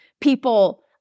people